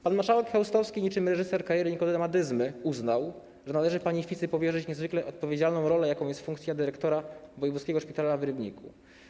Pan marszałek Chełstowski niczym reżyser „Kariery Nikodema Dyzmy” uznał, że należy pani Ficy powierzyć niezwykle odpowiedzialną rolę, jaką jest funkcja dyrektora wojewódzkiego szpitala w Rybniku.